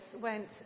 went